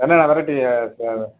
என்னங்க